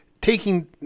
taking